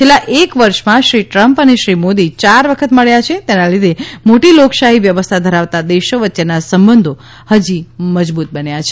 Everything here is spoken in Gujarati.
છેલ્લા એક વર્ષમાં શ્રી ટ્રમ્પ અને શ્રી મોદી ચાર વખત મળ્યા છે તેના લીધે મોટી લોકશાહી વ્યવસ્થા ધરાવતા દેશો વચ્ચેના સંબંધો હજી મજબૂત બન્યા છે